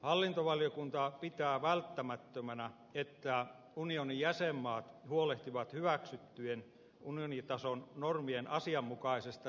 hallintovaliokunta pitää välttämättömänä että unionin jäsenmaat huolehtivat hyväksyttyjen unionitason normien asianmukaisesta noudattamisesta